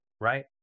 right